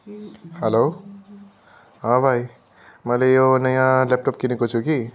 hello हँ भाइ मैले यो नयाँ ल्यापटप किनेको छु कि